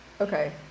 Okay